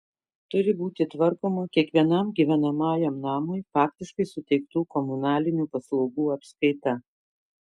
turi būti tvarkoma kiekvienam gyvenamajam namui faktiškai suteiktų komunalinių paslaugų apskaita